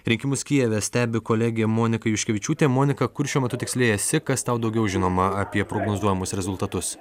rinkimus kijeve stebi kolegė monika juškevičiūtė monika kur šiuo metu tiksliai esi kas tau daugiau žinoma apie prognozuojamus rezultatus